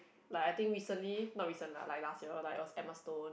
like I think recently not recent lah like last year like was Emma-Stone